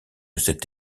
cette